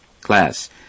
class